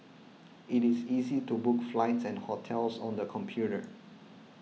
it is easy to book flights and hotels on the computer